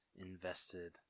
invested